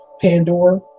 Pandora